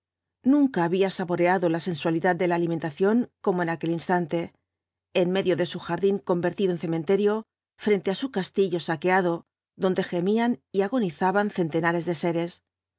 nunca había saboreado la sensualidad de la alimentación como en aquel instante en medio de su jardín convertido en cementerio frente á su castillo saqueado donde gemían y agonizaban centenares de seres